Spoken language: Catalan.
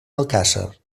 alcàsser